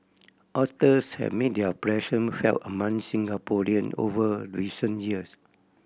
otters have made their presence felt among Singaporean over recent years